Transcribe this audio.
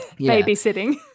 Babysitting